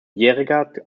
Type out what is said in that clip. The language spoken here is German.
bjerregaard